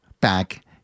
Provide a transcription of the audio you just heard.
back